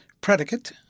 predicate